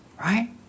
Right